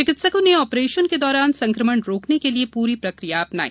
चिकित्सकों ने ऑपरेशन के दौरान संकमण रोकने के लिये पूरी प्रकिया अपनाई